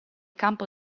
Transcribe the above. campo